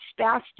spastic